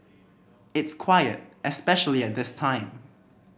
it's quiet especially at this time